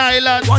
Island